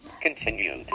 Continued